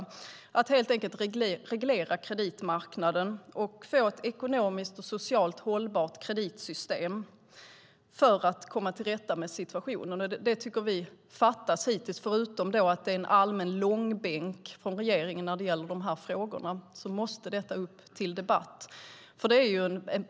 Man måste helt enkelt reglera kreditmarknaden och få ett ekonomiskt och socialt hållbart kreditsystem för att komma till rätta med situationen. Förutom att det är en allmän långbänk från regeringen när det gäller dessa frågor måste det upp till debatt.